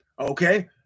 Okay